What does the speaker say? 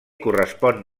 correspon